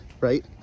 right